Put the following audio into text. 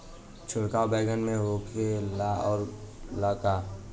छिड़काव बैगन में होखे ला का?